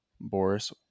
Boris